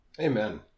Amen